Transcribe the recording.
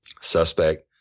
Suspect